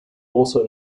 also